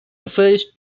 refers